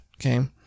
okay